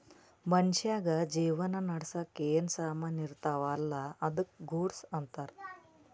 ಮನ್ಶ್ಯಾಗ್ ಜೀವನ ನಡ್ಸಾಕ್ ಏನ್ ಸಾಮಾನ್ ಇರ್ತಾವ ಅಲ್ಲಾ ಅದ್ದುಕ ಗೂಡ್ಸ್ ಅಂತಾರ್